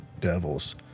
devils